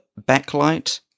backlight